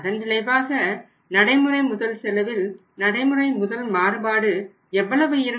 அதன் விளைவாக நடைமுறை முதல் செலவில் நடைமுறை முதல் மாறுபாடு எவ்வளவு இருக்கும்